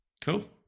Cool